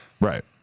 Right